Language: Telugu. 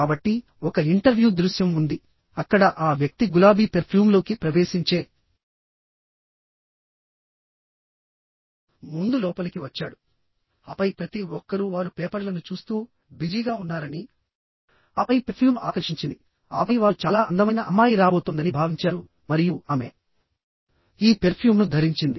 కాబట్టి ఒక ఇంటర్వ్యూ దృశ్యం ఉంది అక్కడ ఆ వ్యక్తి గులాబీ పెర్ఫ్యూమ్లోకి ప్రవేశించే ముందు లోపలికి వచ్చాడు ఆపై ప్రతి ఒక్కరూ వారు పేపర్లను చూస్తూ బిజీగా ఉన్నారని ఆపై పెర్ఫ్యూమ్ ఆకర్షించింది ఆపై వారు చాలా అందమైన అమ్మాయి రాబోతోందని భావించారు మరియు ఆమె ఈ పెర్ఫ్యూమ్ను ధరించింది